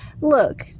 Look